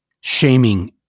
shaming